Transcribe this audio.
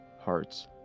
hearts